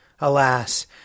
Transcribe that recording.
Alas